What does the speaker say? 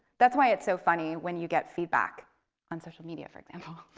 that's why it's so funny when you get feedback on social media for example,